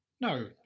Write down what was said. No